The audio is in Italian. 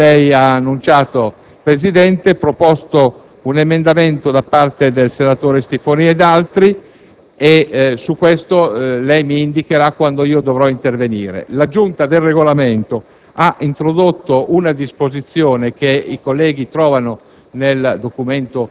risultato. Come lei ha annunciato, signor Presidente, risulta proposto un emendamento da parte del senatore Stiffoni e di altri senatori, sul quale mi indicherà quando dovrò intervenire. La Giunta per il Regolamento ha introdotto una disposizione, che i colleghi trovano